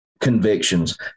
convictions